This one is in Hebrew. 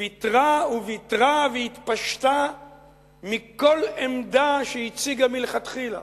ויתרה וויתרה והתפשטה מכל עמדה שהציגה מלכתחילה.